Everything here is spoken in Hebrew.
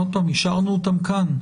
אישרנו אותן כאן.